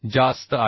जास्त आहे